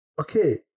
okay